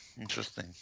Interesting